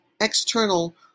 external